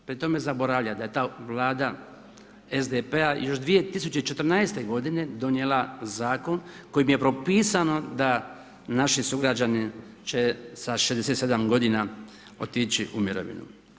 Pri tome zaboravlja da je ta Vlada SDP-a još 2014. godine donijela zakon kojim je propisano da naši sugrađani će sa 67 godina otići u mirovinu.